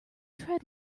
tread